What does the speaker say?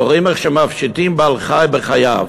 ורואים בו איך מפשיטים בעל-חיים בחייו.